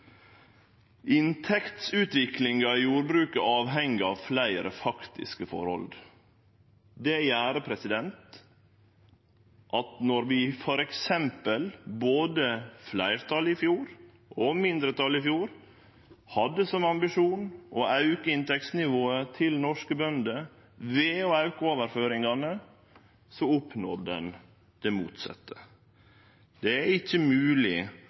Inntektsutviklinga i jordbruket avheng av fleire faktiske forhold. Det gjer at når vi, både fleirtalet i fjor og mindretalet i fjor, f.eks. hadde som ambisjon å auke inntektsnivået til norske bønder ved å auke overføringane, så oppnådde ein det motsette. Det er ikkje